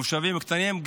מושבים קטנים,